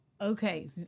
Okay